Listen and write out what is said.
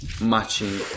matching